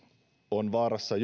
on vaarassa